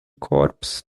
korps